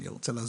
ואסביר: